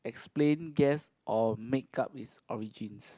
explain guess or make-up it's origins